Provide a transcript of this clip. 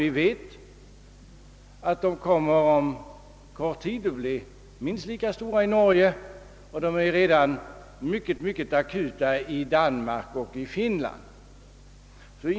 Vi vet att svårigheterna inom kort kommer att bli lika stora i Norge som de är hos oss, och de är redan akuta i Danmark och Finland.